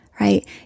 right